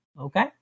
okay